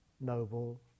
Noble